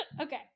okay